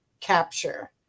capture